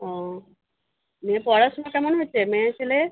ও ওই পড়াশোনা কেমন হচ্ছে মেয়ে ছেলের